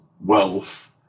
wealth